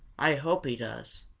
i hope he does!